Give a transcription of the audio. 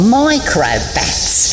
microbats